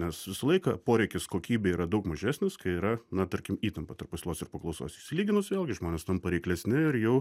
nes visą laiką poreikis kokybei yra daug mažesnis kai yra na tarkim įtampa tarp pasiūlos ir paklausos išsilyginus vėlgi žmonės tampa reiklesni ir jau